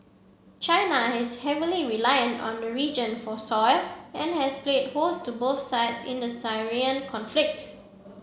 China is heavily reliant on the region for soil and has played host to both sides in the Syrian conflict